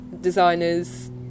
designers